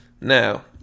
Now